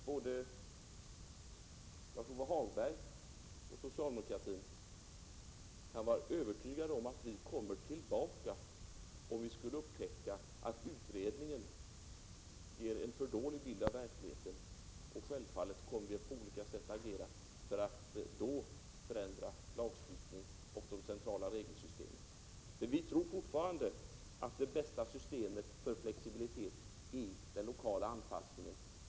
Både Lars-Ove Hagberg och socialdemokraterna kan vara övertygade om att vi kommer tillbaka, om vi skulle upptäcka att utredningen ger en för dålig bild av verkligheten. Självfallet kommer vi på olika sätt att agera för att då förändra lagstiftningen och de centrala regelsystemen. Men vi tror fortfarande att det bästa systemet för flexibilitet är den lokala anpassningen.